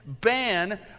ban